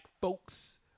folks